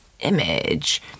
image